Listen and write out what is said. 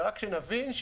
רק שנבין,